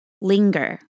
linger